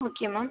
okay ma'am